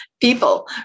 people